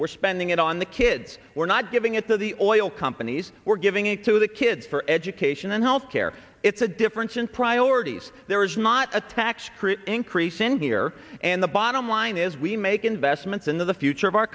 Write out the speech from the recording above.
we're spending it on the kids we're not giving it to the oil companies we're giving it to the kids for education and health care it's a difference in priorities there is not a tax credit increase in here and the bottom line is we make investments in the future of our